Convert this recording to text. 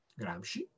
Gramsci